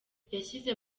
yashyize